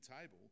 table